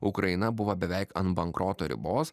ukraina buvo beveik ant bankroto ribos